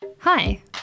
Hi